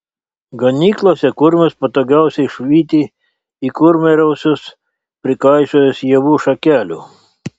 ganyklose kurmius patogiausia išvyti į kurmiarausius prikaišiojus ievų šakelių